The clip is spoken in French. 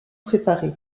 préparé